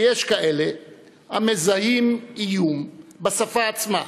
ויש כאלה המזהים איום בשפה עצמה,